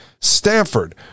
Stanford